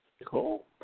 Cool